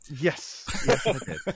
Yes